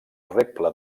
reble